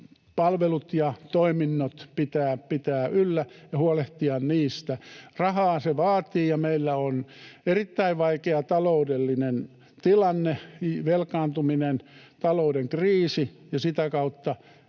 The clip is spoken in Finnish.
palvelut ja toiminnot pitää pitää yllä ja huolehtia niistä. Rahaa se vaatii, ja meillä on erittäin vaikea taloudellinen tilanne, velkaantuminen, talouden kriisi ja sitä kautta